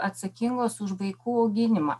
atsakingos už vaikų auginimą